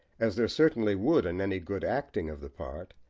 as there certainly would in any good acting of the part,